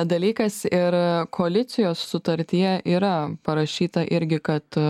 dalykas ir koalicijos sutartyje yra parašyta irgi kad